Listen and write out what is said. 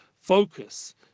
focus